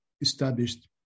established